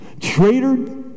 Traitor